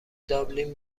دابلین